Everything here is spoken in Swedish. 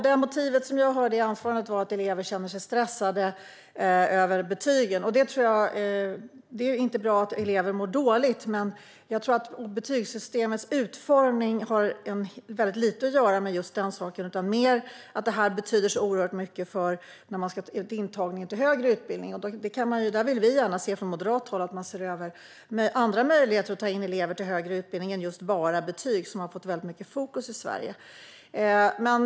Det motiv jag hörde i anförandet var att elever känner sig stressade över betygen. Det är inte bra att elever mår dåligt, men jag tror att betygssystemets utformning har väldigt lite att göra med den saken. Jag tror att det handlar mer om att betygen betyder så oerhört mycket vid intagningen till högre utbildning. Från moderat håll vill vi gärna att man ser på andra möjligheter att ta in elever till högre utbildning än bara betyg, som har fått väldigt mycket fokus i Sverige.